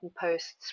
posts